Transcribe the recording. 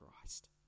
Christ